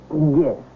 Yes